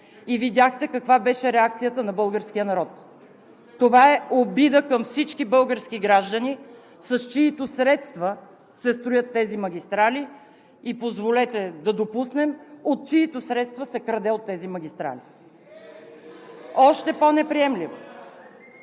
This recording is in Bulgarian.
И видяхте каква беше реакцията на българския народ. Това е обида към всички български граждани, с чиито средства се строят тези магистрали, и позволете да допуснем, от чиито средства се краде от тези магистрали. (Шум и реплики от